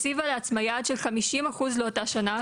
הציבה לעצמה יעד של 50% לאותה שנה,